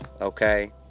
okay